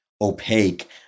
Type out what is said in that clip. opaque